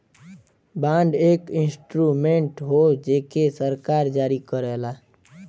bond एक instrument हौ जेके सरकार जारी करला